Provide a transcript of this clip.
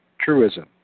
truism